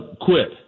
quit